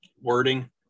wording